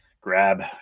grab